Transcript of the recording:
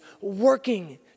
working